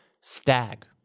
Stag